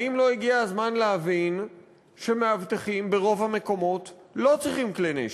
האם לא הגיע הזמן להבין שמאבטחים ברוב המקומות לא צריכים כלי נשק?